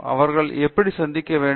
அவர்கள் எப்படி சந்திக்க வேண்டும்